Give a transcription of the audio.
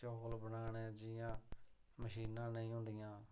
चौल बनाने जियां मशीनां नेईं होंदियां